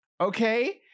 Okay